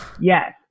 Yes